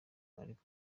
ariko